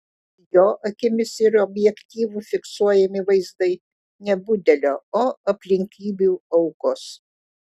jo akimis ir objektyvu fiksuojami vaizdai ne budelio o aplinkybių aukos